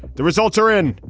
the results are in.